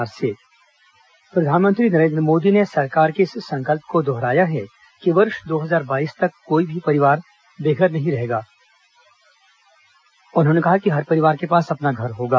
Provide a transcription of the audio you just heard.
प्रधानमंत्री आवास प्रधानमंत्री नरेन्द्र मोदी ने सरकार के इस संकल्प को दोहराया है कि वर्ष दो हजार बाईस तक कोई भी परिवार बेघर नहीं रहेगा और हर परिवार के पास अपना घर होगा